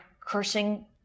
cursing